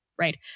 Right